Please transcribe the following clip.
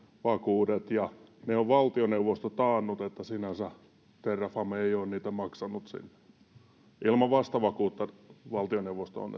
vakuudet ja ne on valtioneuvosto taannut niin että sinänsä terrafame ei ole niitä maksanut sinne ilman vastavakuutta valtioneuvosto on